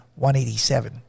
187